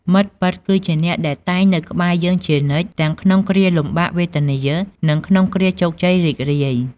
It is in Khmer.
មិត្តពិត គឺអ្នកដែលតែងនៅក្បែរយើងជានិច្ច ទាំងក្នុងគ្រាលំបាកវេទនា និងក្នុងគ្រាជោគជ័យរីករាយ។